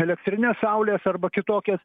elektrines saulės arba kitokias